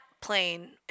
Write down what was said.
plane